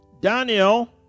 Daniel